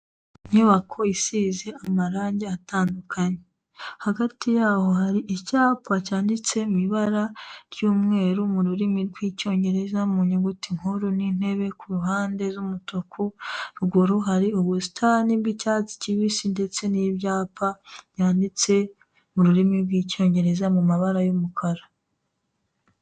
Inyubako isize amarange atandukanye. Hagati yaho hari icyapa cyanditse mu ibara ry'umweru mu rurimi rw'Icyongereza mu nyuguti nkuru n'intebe ku ruhande z'umutuku, ruguru hari ubusitani bw'icyatsi kibisi ndetse n'ibyapa byanditse mu rurimi rw'Icyongereza mu mabara y'umukara.